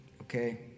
okay